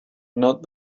not